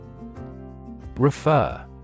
Refer